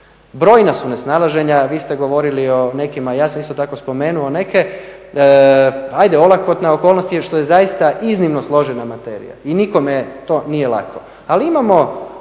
Brojna su nesnalaženja, vi ste govorili, ja sam isto spomenuo neke. Ajde olakotna okolnost je što je zaista iznimno složena materija i nikome to nije lako. Ali imamo